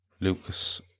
Lucas